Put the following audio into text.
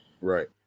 Right